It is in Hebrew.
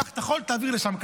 קח את החול תעביר לשם,